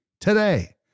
today